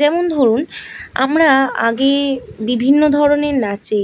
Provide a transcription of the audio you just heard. যেমন ধরুন আমরা আগে বিভিন্ন ধরনের নাচে